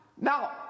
Now